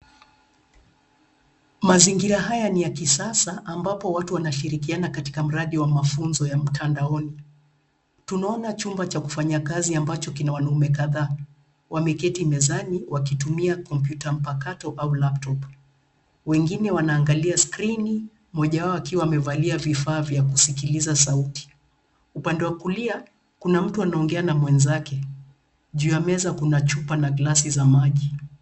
Mazingira haya ni ya kisasa ambapo watu wanashirikiana katika mradi wa mafunzo ya mtandaoni. Tunaona chumba cha kufanyia kazi ambacho kina wanaume kadhaa wameketi mezani wakitumia kompyuta mpakato au laptop . Wengine wanaangalia skrini, mmoja wao akiwa amevalia vifaa vya kusikiliza sauti. Upande wa kulia, kuna mtu anaongea na mwenzake. Juu ya meza, kuna chupa na glasi za maji.